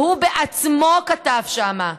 שהוא בעצמו כתב שם: